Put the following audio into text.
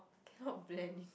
cannot blend